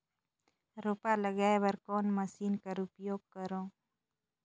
रोपा लगाय बर कोन मशीन कर उपयोग करव?